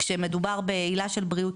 שמדובר בעילה של בריאות,